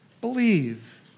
Believe